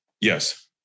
Yes